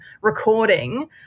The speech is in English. recording